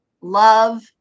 love